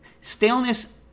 staleness